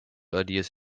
ideas